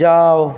جاؤ